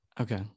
Okay